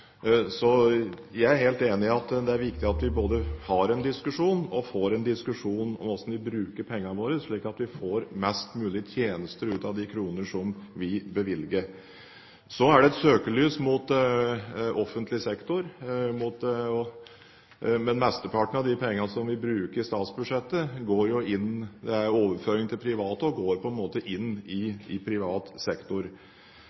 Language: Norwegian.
Jeg er helt enig i at det er viktig at vi både har en diskusjon, og får en diskusjon, om hvordan vi bruker pengene våre, slik at vi får mest mulig tjenester ut av de kroner som vi bevilger. Så er det et søkelys mot offentlig sektor. Mesteparten av de pengene som vi bruker i statsbudsjettet, er overføringer til private og går på en måte inn